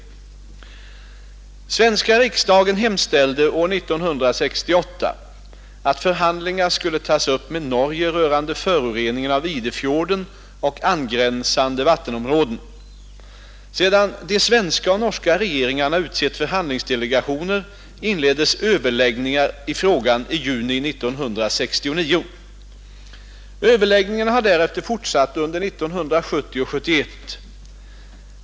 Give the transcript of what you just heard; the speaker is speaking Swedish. Den svenska riksdagen hemställde år 1968 att förhandlingar skulle tas upp med Norge rörande föroreningen av Idefjorden och angränsande vattenområden. Sedan de svenska och norska regeringarna utsett förhandlingsdelegationer inleddes överläggningar i frågan i juni 1969. Överläggningarna har därefter fortsatt under 1970 och 1971.